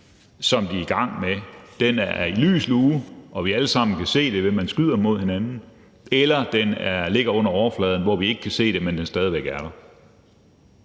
som de er i gang med, er i lys lue og vi alle sammen kan se det, ved at de skyder mod hinanden, eller den ligger under overfladen, hvor vi ikke kan se den, men hvor den stadig væk er der.